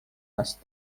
است